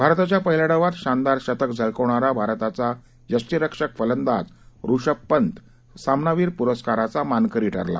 भारताच्या पहिल्या डावात शानदार शतक झळकवणारा भारताचा यष्टीरक्षक फलंदाज ऋषभ पंत सामनावीर पुरस्काराचा मानकरी ठरला